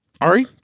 Ari